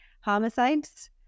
homicides